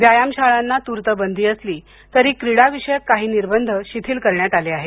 व्यायामशाळांना तूर्त बंदी असली तरी क्रीडाविषयक काही निर्बंध शिथिल केले आहेत